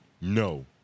No